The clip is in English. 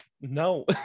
no